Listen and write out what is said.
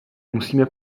musíme